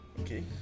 Okay